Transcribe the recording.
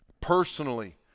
Personally